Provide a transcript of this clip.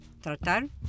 Tratar